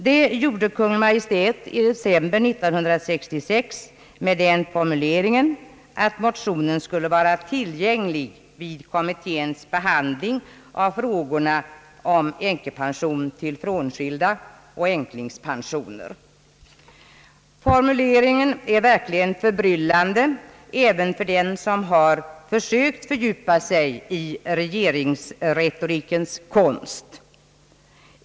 = Detta gjordes av Kungl. Maj:t i december 1966 med den formuleringen att motionen skulle vara tillgänglig vid kommitténs behandling av frågorna om änkepension till frånskilda och änklingspensioner. Formuleringen är verkligen förbryllande även för den som försökt fördjupa sig i regeringsretorikens konst.